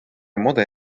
мода